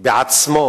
בעצמו